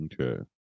okay